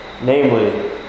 namely